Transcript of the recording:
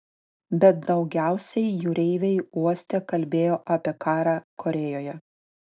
bet daugiausiai jūreiviai uoste kalbėjo apie karą korėjoje